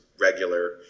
regular